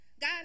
God